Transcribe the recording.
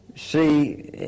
See